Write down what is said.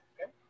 Okay